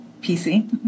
PC